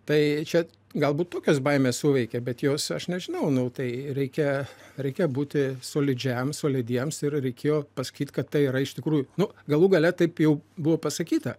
tai čia galbūt tokios baimės suveikė bet jos aš nežinau nu tai reikia reikia būti solidžiam solidiems ir reikėjo pasakyt kad tai yra iš tikrųjų nu galų gale taip jau buvo pasakyta